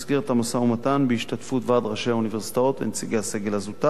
המשא-ומתן בהשתתפות ועד ראשי האוניברסיטאות ונציגי הסגל הזוטר.